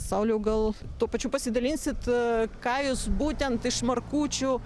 sauliau gal tuo pačiu pasidalinsit ką jūs būtent iš markučių